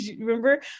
remember